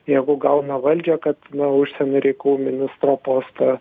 jeigu gauna valdžią kad na užsienio reikalų ministro postą